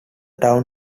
town